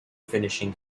finishing